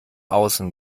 außen